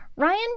Ryan